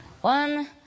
one